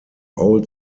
old